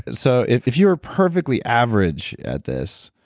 and so if if you were perfectly average at this,